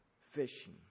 fishing